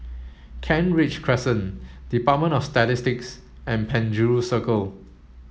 Kent Ridge Crescent Department of Statistics and Penjuru Circle